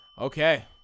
Okay